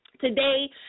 Today